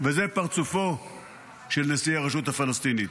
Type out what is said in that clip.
וזה פרצופו של נשיא הרשות הפלסטינית.